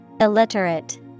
Illiterate